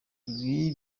ibi